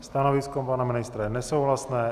Stanovisko pana ministra je nesouhlasné.